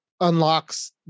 unlocks